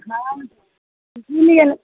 हाँ इसीलिए न